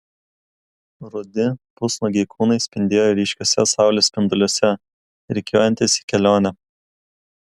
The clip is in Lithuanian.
rudi pusnuogiai kūnai spindėjo ryškiuose saulės spinduliuose rikiuojantis į kelionę